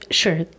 sure